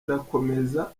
irakomeza